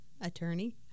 Attorney